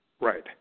right